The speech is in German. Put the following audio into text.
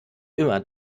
immer